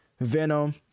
Venom